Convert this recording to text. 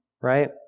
Right